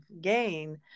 gain